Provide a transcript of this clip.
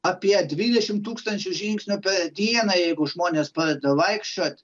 apie dvidešimt tūkstančių žingsnių per dieną jeigu žmonės pradeda vaikščiot